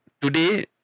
today